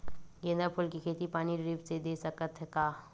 गेंदा फूल के खेती पानी ड्रिप से दे सकथ का?